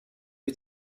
you